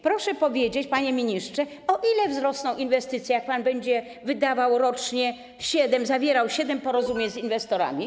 Proszę powiedzieć, panie ministrze, o ile wzrosną inwestycje, jak pan będzie wydawał rocznie, zawierał siedem porozumień z inwestorami.